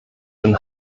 den